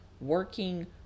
working